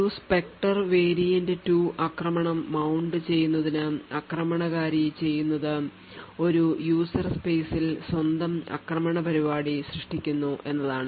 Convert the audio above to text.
ഒരു Spectre variant 2 ആക്രമണം mount ചെയ്യുന്നതിന് ആക്രമണകാരി ചെയ്യുന്നത് ഒരു user space ൽ സ്വന്തം ആക്രമണ പരിപാടി സൃഷ്ടിക്കുന്നു എന്നതാണ്